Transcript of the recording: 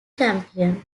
champion